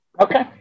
okay